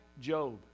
Job